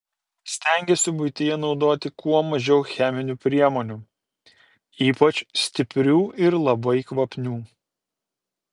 stengiuosi buityje naudoti kuo mažiau cheminių priemonių ypač stiprių ir labai kvapnių